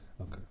Okay